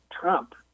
Trump